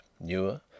newer